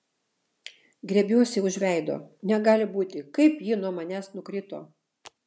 griebiuosi už veido negali būti kaip ji nuo manęs nukrito